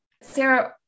Sarah